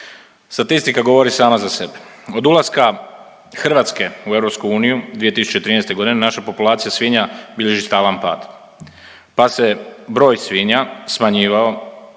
Statistika govori sama za sebe. Od ulaska Hrvatske u EU 2013. godine, naša populacija svinja bilježi stalan pad pa se broj svinja smanjivao